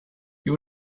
you